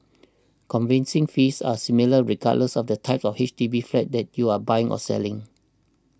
conveyance fees are similar regardless of the type of H D B flat that you are buying or selling